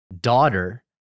daughter